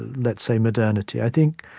let's say, modernity. i think,